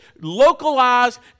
localized